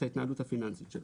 ההתנהלות הפיננסית שלו.